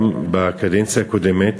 גם בקדנציה הקודמת,